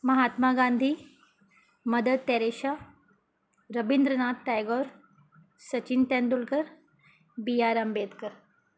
Mahatma Gandhi Mother Teresa Rabindranath Tagore Sachin Tendulkar B R Ambedkar